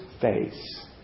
face